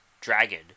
Dragon